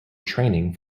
training